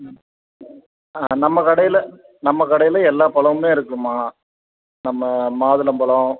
ம் ஆ நம் கடையில் நம் கடையில் எல்லா பழமுமே இருக்குதும்மா நம்ம மாதுளம்பழம்